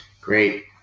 Great